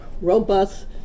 robust